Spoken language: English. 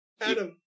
Adam